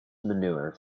manure